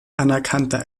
anerkannter